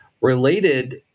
related